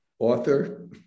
author